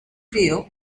frío